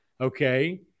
okay